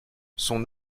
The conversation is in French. son